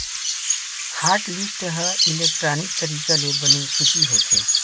hotlist ह electronic तरीका ले बने सूची होथे